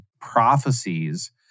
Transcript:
prophecies